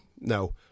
No